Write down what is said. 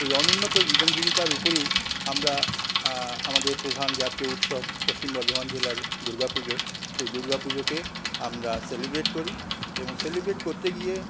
এই অনুন্নত জীবন জীবিকার উপরেই আমরা আমাদের প্রধান জাতীয় উৎসব বর্ধমান জেলার দুর্গাপুজো সেই দুর্গা পুজোকে আমরা সেলিব্রেট করি এবং সেলিব্রেট করতে গিয়ে